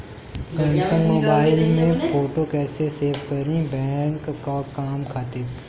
Samsung mobile में photo कैसे save करीं बैंक के काम खातिर?